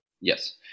Yes